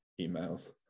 emails